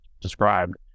described